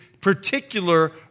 particular